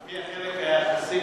על-פי החלק היחסי